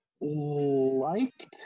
liked